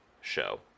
show